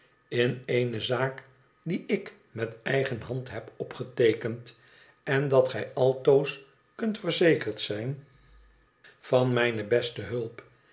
in eene zaak die ik met eigen band heb opgeteekend en dat gij altoos kunt verzekerd zijn van mijne beste hulp